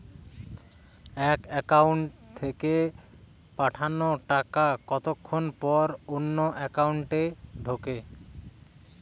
এক একাউন্ট থেকে পাঠানো টাকা কতক্ষন পর অন্য একাউন্টে ঢোকে?